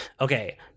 Okay